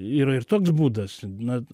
yra ir toks būdas na